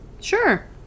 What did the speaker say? Sure